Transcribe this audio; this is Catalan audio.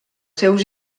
seus